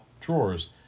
drawers